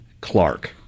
Clark